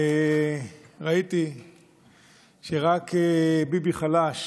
ראיתי שרק ביבי חלש